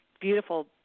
beautiful